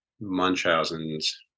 Munchausen's